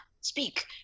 speak